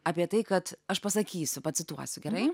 apie tai kad aš pasakysiu pacituosiu gerai